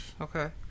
Okay